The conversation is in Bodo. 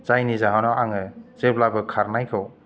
जायनि जाहोनाव आङो जेब्लाबो खारनायखौ